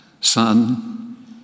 Son